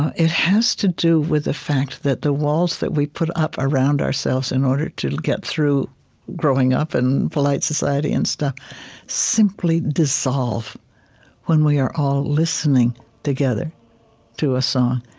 it has to do with the fact that the walls that we put up around ourselves in order to get through growing up in polite society and stuff simply dissolve when we are all listening together to a song,